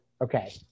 okay